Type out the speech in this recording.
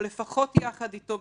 או לפחות יחד איתו,